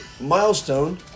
milestone